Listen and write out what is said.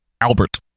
Albert